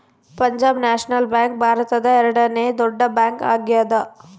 Punjab national bank ಭಾರತದ ಎರಡನೆ ದೊಡ್ಡ ಬ್ಯಾಂಕ್ ಆಗ್ಯಾದ